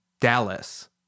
Dallas